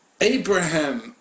Abraham